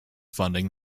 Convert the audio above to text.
funding